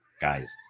guys